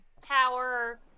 tower